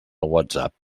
whatsapp